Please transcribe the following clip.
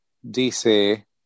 Dice